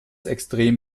extrem